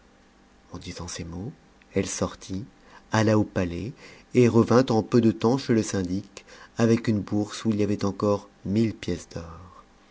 en disant ces mots elle sortit alla au palais et revint en peu de temps chez le syndic avec une bourse où il y avait encore mille pièces d'or